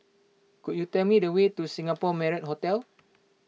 could you tell me the way to Singapore Marriott Hotel